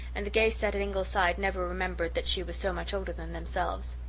and the gay set at ingleside never remembered that she was so much older than themselves.